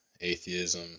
atheism